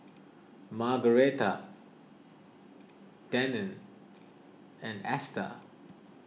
Margaretta Denine and Ester